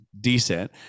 decent